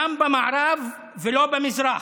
שם במערב, ולא במזרח.